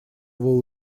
его